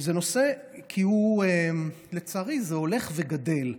לצערי, זה נושא שהולך וגדל,